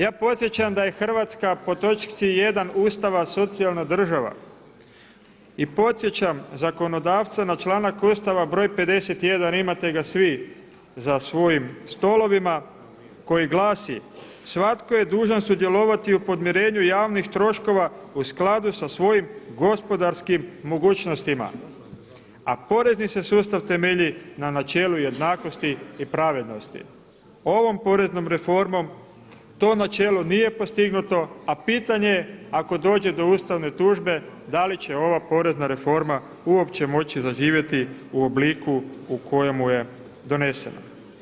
Ja podsjećam da je Hrvatska po točci 1. Ustava socijalna država i podsjećam zakonodavca na članak Ustava broj 51., imate ga svi za svojim stolovima koji glasi: „ Svatko je dužan sudjelovati u podmirenju javnih troškova u skladu sa svojim gospodarskim mogućnostima, porezni se sustav temelji na načelu jednakosti i pravednosti.“ Ovom poreznom reformom to načelo nije postignuto, a pitanje ako dođe do ustavne tužbe da li će ova porezna reforma uopće moći zaživjeti u obliku u kojemu je donesena.